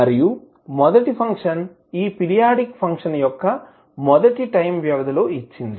మరియు మొదటి ఫంక్షన్ ఈ పీరియాడిక్ ఫంక్షన్ యొక్క మొదటి టైం వ్యవధి లో ఇచ్చింది